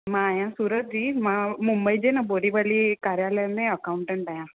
मां आयां सूरत जी मां मुंबई जे न बोरीवली कार्यालय में अकाउटंट आहियां